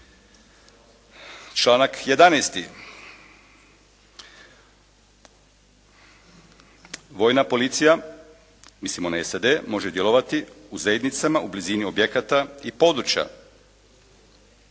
Članak 11. Vojna policija, mislim ona SAD može djelovati u zajednicama u blizini objekata i područja.